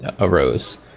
arose